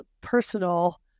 personal